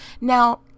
Now